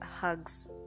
hugs